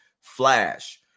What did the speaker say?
Flash